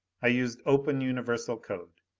i used open universal code.